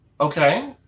Okay